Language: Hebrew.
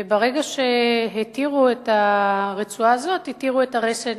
וברגע שהתירו את הרצועה הזאת התירו את הרסן